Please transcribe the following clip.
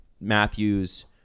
Matthews